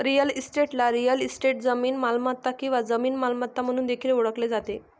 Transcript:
real इस्टेटला real estate, जमीन मालमत्ता किंवा जमीन मालमत्ता म्हणून देखील ओळखले जाते